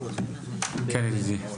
כן ידידי.